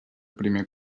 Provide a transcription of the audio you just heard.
primer